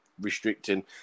restricting